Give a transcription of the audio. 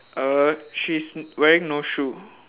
uh she's wearing no shoe